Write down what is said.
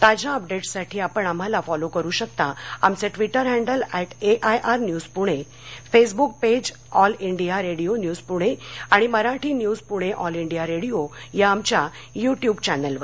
ताज्या अपडेट्ससाठी आपण आम्हाला फॉलो करु शकता आमचं Twitter handle at AIR news Pune Facebook page All India Radio news Pune आणि Marathi news Pune All India Radio या आमच्या युट्युब चॅनेलवर